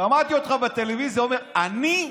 שמעתי אותך בטלוויזיה אומר: אני,